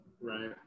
Right